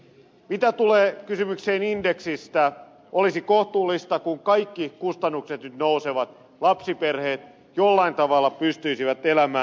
mitä tulee kysymykseen indeksistä olisi kohtuullista kun kaikki kustannukset nyt nousevat että lapsiperheet jollain tavalla pystyisivät elämään